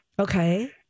Okay